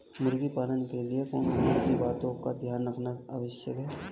मुर्गी पालन के लिए कौन कौन सी बातों का ध्यान रखना आवश्यक है?